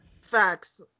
Facts